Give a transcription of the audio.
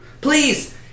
Please